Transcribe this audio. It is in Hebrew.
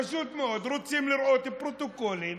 פשוט מאוד, רוצים לראות את הפרוטוקולים